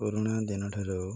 ପୁରୁଣା ଦିନ ଠାରୁ